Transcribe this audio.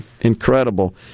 incredible